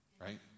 right